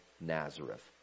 Nazareth